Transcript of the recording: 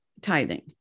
tithing